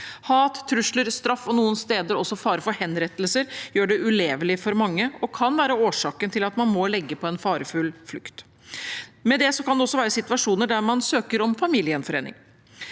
Hat, trusler, straff og noen steder også fare for henrettelser gjør det ulevelig for mange, og det kan være årsaken til at man må legge ut på en farefull flukt. Med det kan det også være situasjoner der man søker om familiegjenforening.